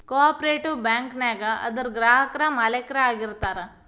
co operative ಬ್ಯಾಂಕ ನ್ಯಾಗ ಅದರ್ ಗ್ರಾಹಕ್ರ ಮಾಲೇಕ್ರ ಆಗಿರ್ತಾರ